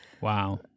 Wow